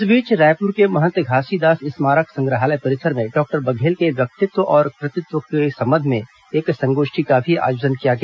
इस बीच रायपुर के महंत घासीदास स्मारक संग्रहालय परिसर में डॉक्टर बघेल के व्यक्तित्व और कृतित्व के संबंध में एक संगोष्ठी का भी आयोजन किया गया